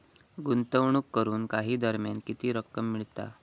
गुंतवणूक करून काही दरम्यान किती रक्कम मिळता?